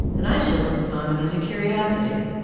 and i shall look upon him as a curiosity.